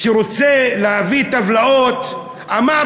כשהוא רצה להביא טבלאות הוא אמר,